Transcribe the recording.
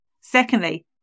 Secondly